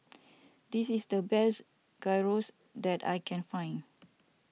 this is the best Gyros that I can find